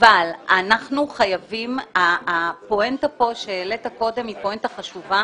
אבל הנקודה שהעלית כאן היא נקודה חשובה.